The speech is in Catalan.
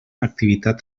activitat